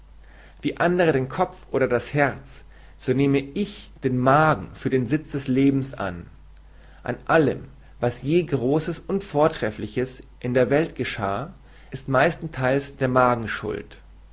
wie andere den kopf oder das herz so nehme ich den magen für den sitz des lebens an an allem was je großes und vortrefliches in der welt geschah ist meistentheils der magen schuld